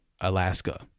Alaska